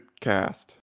Cast